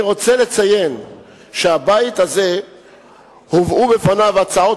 אני רוצה לציין שבפני הבית הזה הובאו הצעות